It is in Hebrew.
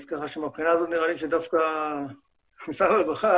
נראה לי שמהבחינה הזאת משרד הרווחה,